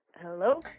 Hello